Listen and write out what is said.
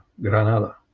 Granada